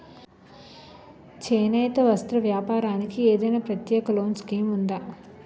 చేనేత వస్త్ర వ్యాపారానికి ఏదైనా ప్రత్యేక లోన్ స్కీం ఉందా?